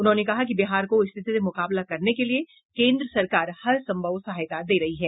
उन्होंने कहा कि बिहार को स्थिति से मुकाबला करने के लिए सरकार हर संभव सहायता दे रही है